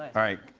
all right.